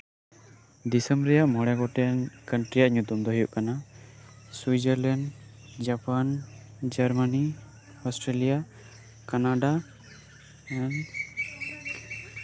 ᱫᱤᱥᱚᱢ ᱨᱮᱭᱟᱜ ᱢᱚᱬᱮ ᱜᱚᱴᱮᱱ ᱠᱟᱱᱴᱤᱨᱤ ᱨᱮᱭᱟᱜ ᱧᱩᱛᱩᱢ ᱫᱚ ᱦᱩᱭᱩᱜ ᱠᱟᱱᱟ Switzerland Japan Germany Australia Canada